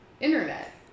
internet